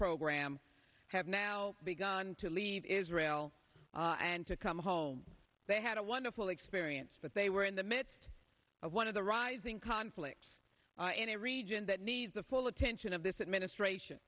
program have now begun to leave israel and to come home they had a wonderful experience but they were in the midst of one of the rising conflicts in a region that needs the full attention of this administration